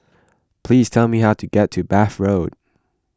please tell me how to get to Bath Road